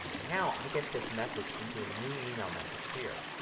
now i get this message into a new email message here.